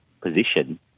position